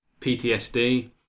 PTSD